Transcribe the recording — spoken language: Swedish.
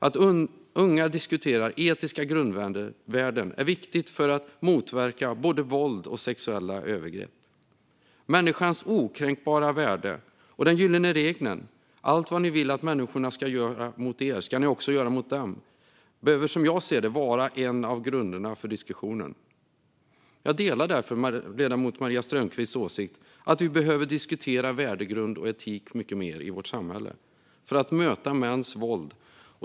Att unga diskuterar etiska grundvärden är viktigt för att motverka både våld och sexuella övergrepp. Människans okränkbara värde och den gyllene regeln - allt vad ni vill att människorna ska göra mot er ska ni också göra mot dem - behöver som jag ser det vara en av grunderna för diskussionen. Jag delar ledamoten Maria Strömkvists åsikt att vi behöver diskutera värdegrund och etik mycket mer i vårt samhälle för att möta mäns våld.